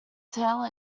tailor